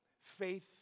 Faith